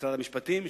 במשרד המשפטים,